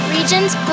Regions